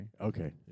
Okay